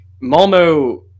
Malmo